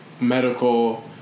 medical